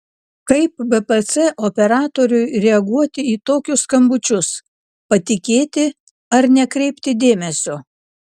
kaip bpc operatoriui reaguoti į tokius skambučius patikėti ar nekreipti dėmesio